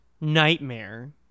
nightmare